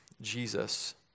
Jesus